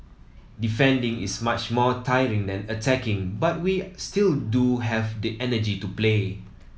defending is much more tiring than attacking but we still do have the energy to play